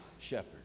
shepherd